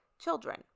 children